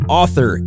author